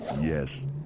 Yes